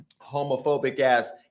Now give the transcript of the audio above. homophobic-ass